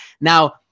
Now